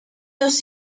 los